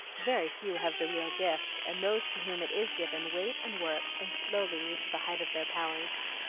very few have the real gift, and those to whom it is given wait and work and slowly reach the height of their powers.